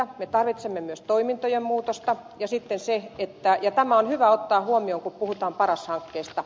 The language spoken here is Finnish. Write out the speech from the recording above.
me tarvitsemme myös toimintojen muutosta ja tämä on hyvä ottaa huomioon kun puhutaan paras hankkeesta